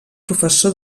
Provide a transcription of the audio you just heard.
professor